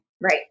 right